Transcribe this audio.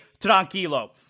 tranquilo